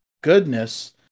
goodness